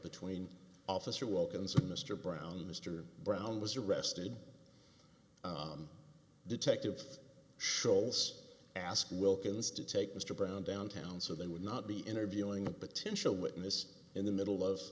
between officer wilkinson mr brown mr brown was arrested detective scholz asked wilkins to take mr brown downtown so they would not be interviewing a potential witness in the middle of